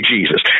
Jesus